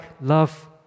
love